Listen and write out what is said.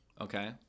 Okay